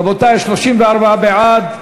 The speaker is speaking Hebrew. רבותי, 34 בעד,